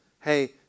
hey